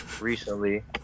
recently